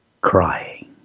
crying